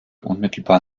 unmittelbar